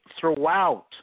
throughout